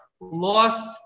lost